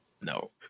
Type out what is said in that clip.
No